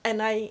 and I